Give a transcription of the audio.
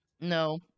no